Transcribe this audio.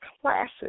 classes